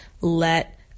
let